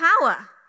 power